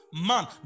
Man